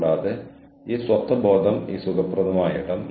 കൂടാതെ ഞാൻ നിങ്ങളോട് സംസാരിക്കുന്നത് ഈ ക്യാമറയിലൂടെയാണ്